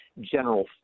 general